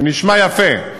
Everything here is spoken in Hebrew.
זה נשמע יפה.